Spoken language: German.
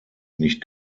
nicht